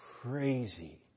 crazy